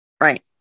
right